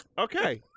Okay